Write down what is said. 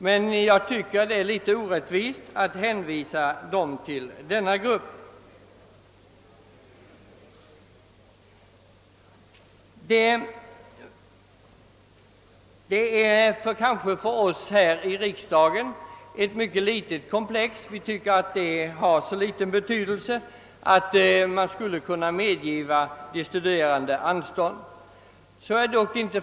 Det är dock orimligt att dessa skall få olägenheter av bestämmelserna i 48 8. Frågan kan synas liten för oss här i riksdagen. Vi tycker kanske att det inte betyder mycket om de studerande ges anstånd med erläggande av skatt.